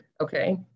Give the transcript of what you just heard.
okay